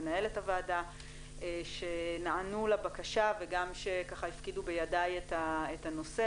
למנהלת הוועדה שנענו לבקשה וגם שהפקידו בידיי את הנושא,